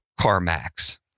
CarMax